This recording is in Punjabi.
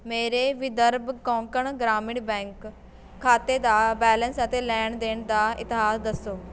ਮੇਰੇ ਵਿਦਰਭ ਕੋਂਕਣ ਗ੍ਰਾਮੀਣ ਬੈਂਕ ਖਾਤੇ ਦਾ ਬੈਲੇਂਸ ਅਤੇ ਲੈਣ ਦੇਣ ਦਾ ਇਤਿਹਾਸ ਦੱਸੋ